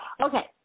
Okay